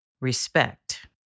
Respect